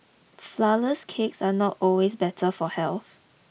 flourless cakes are not always better for health